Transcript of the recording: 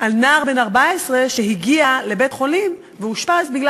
על נער בן 14 שהגיע לבית-חולים ואושפז מפני